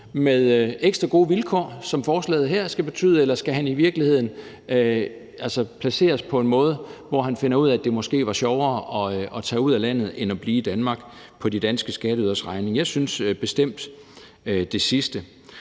med ekstra gode vilkår, som forslaget her vil betyde, eller skal han i virkeligheden placeres på en måde, så han finder ud af, at det måske var sjovere at tage ud af landet end at blive i Danmark på de danske skatteyderes regning? Jeg synes bestemt det sidste.